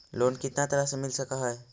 Loan कितना तरह से मिल सक है?